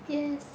yes